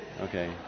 Okay